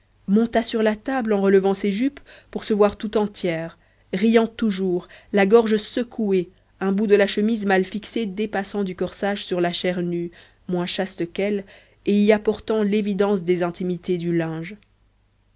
monta sur la table en relevant ses jupes pour se voir tout entière riant toujours la gorge secouée un bout de la chemise mal fixée dépassant du corsage sur la chair nue moins chaste qu'elle et y apportant l'évidence des intimités du linge